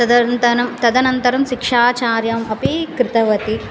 तदन्तनं तदनन्तरं सिक्षाचर्म् अपि कृतवती